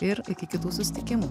ir iki kitų susitikimų